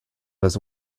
his